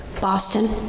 Boston